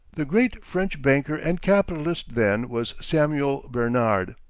the great french banker and capitalist then was samuel bernard.